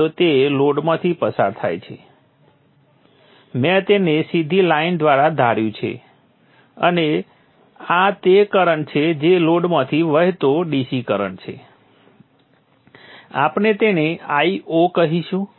તો તે લોડમાંથી પસાર થાય છે મેં તેને સીધી લાઈન દ્વારા ધાર્યું છે અને આ તે કરંટ છે જે લોડમાંથી વહેતો DC કરંટ છે આપણે તેને Io કહીશું